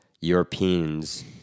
Europeans